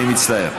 אני מצטער.